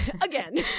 Again